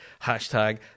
hashtag